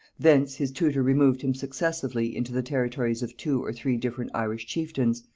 thence his tutor removed him successively into the territories of two or three different irish chieftains,